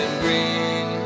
green